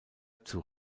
zur